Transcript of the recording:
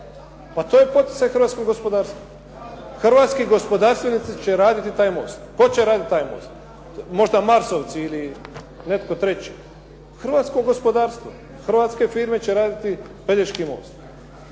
pa to je poticaj hrvatskom gospodarstvu. Hrvatski gospodarstvenici će raditi taj most. Tko će radit taj most? Možda Marsovci ili netko treći. Hrvatsko gospodarstvo, hrvatske firme će raditi Pelješki most.